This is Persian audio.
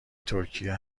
ترکیه